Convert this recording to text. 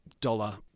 dollar